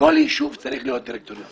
אבל יש לזה פתרון.